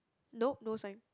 nope no sign